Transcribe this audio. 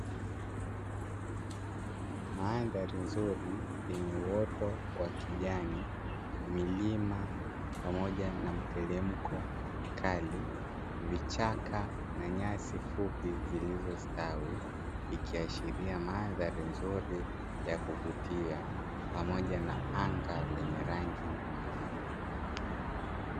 Mandhari nzuri yenye uoto wa kijani, milima pamoja na mteremko mkali, vichaka na nyasi fupi zilizo stawi; ikiashiria mandhari nzuri ya kuvutia pamoja na anga lenye rangi nyeupe.